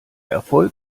erfolg